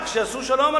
רק שיעשו שלום,